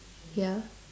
ya